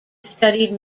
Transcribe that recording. studied